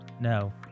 No